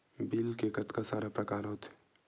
Bill के कतका सारा प्रकार होथे?